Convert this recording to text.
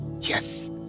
Yes